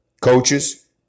coaches